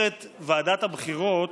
אומרת ועדת הבחירות: